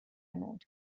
mode